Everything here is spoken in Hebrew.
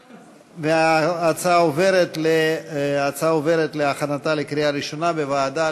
ההצעה עוברת להכנתה לקריאה ראשונה בוועדה